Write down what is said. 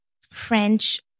French